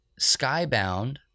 Skybound